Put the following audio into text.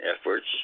efforts